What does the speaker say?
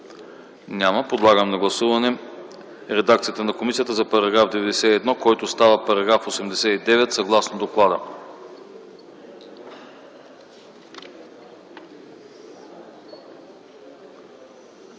Няма. Подлагам на гласуване редакцията на комисията за § 21, който става § 22 съгласно доклада